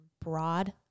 broad